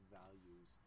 values